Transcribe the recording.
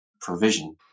provision